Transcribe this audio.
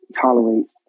tolerate